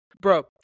bro